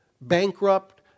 bankrupt